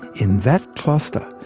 in that cluster,